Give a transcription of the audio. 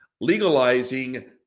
Legalizing